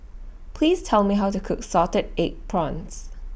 Please Tell Me How to Cook Salted Egg Prawns